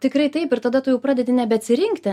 tikrai taip ir tada tu jau pradedi nebeatsirinkti